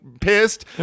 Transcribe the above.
pissed